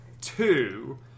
Two